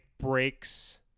breaks